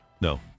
no